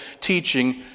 teaching